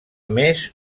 més